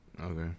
Okay